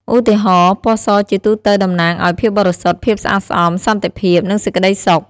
ឧទាហរណ៍ ពណ៌សជាទូទៅតំណាងឱ្យ ភាពបរិសុទ្ធ ភាពស្អាតស្អំ សន្តិភាព និងសេចក្តីសុខ។